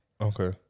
Okay